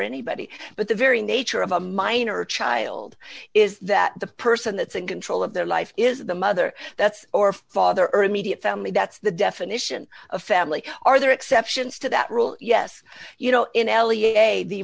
anybody but the very nature of a minor child is that the person that's a control of their life is the mother that's or father or immediate family that's the definition of family are there are exceptions to that rule yes you know in l e a